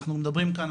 אנחנו מדברים כאן,